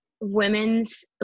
women's